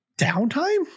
downtime